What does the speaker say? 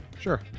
Sure